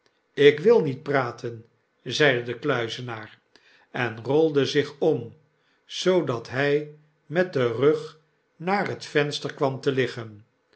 lk wil niet praten zeide de kluizenaar en rolde zich om zoodat hy met den rug naar het venster kwam te liggen